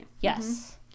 yes